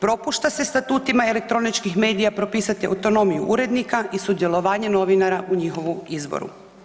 Propušta se statutima elektroničkih medija propisati autonomiju urednika i sudjelovanje novinara u njihovu izboru.